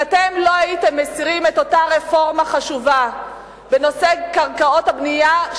אם אתם לא הייתם מסירים את אותה רפורמה חשובה בנושא קרקעות הבנייה,